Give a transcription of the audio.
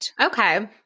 Okay